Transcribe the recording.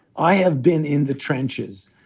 i have been in the trenches.